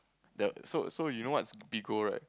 the so so you know what's Bigo right